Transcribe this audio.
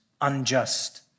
unjust